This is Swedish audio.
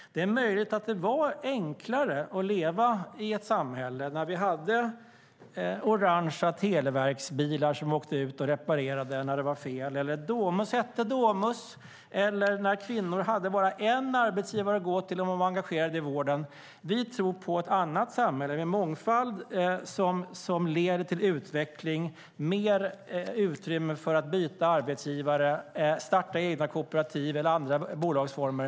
Det är möjligt att det var enklare att leva i ett samhälle där vi hade orange Televerksbilar som åkte ut och reparerade när det var fel, när Domus hette Domus eller när kvinnor hade bara en arbetsgivare att gå till om de var engagerade i vården. Vi tror på ett annat samhälle, ett samhälle med mångfald som leder till utveckling och mer utrymme för att byta arbetsgivare, starta egna kooperativ eller andra bolagsformer.